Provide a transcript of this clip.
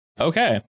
Okay